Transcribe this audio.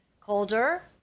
colder